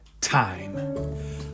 Time